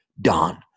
done